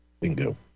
Bingo